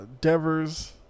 Devers